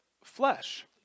flesh